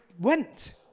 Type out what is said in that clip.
went